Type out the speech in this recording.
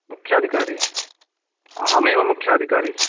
मुख्याधिकारी अहमेव मुख्याधिकारी